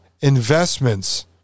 investments